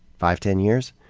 five, ten years?